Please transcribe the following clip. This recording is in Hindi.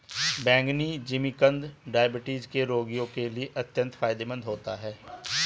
बैंगनी जिमीकंद डायबिटीज के रोगियों के लिए अत्यंत फायदेमंद होता है